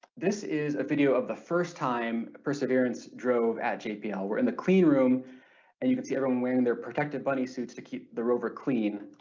this is a video of the first time perseverance drove at jpl, we're in the clean room and you can see everyone wearing their protective bunny suits to keep the rover clean.